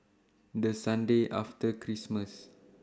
The Sunday after Christmas